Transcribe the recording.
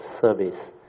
service